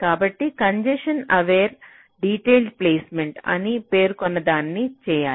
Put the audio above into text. కాబట్టి congestion aware detailed placement అని పేర్కొన్నదాన్ని చేయాలి